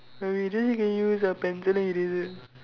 when we just can use a pencil then you didn't